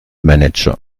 manager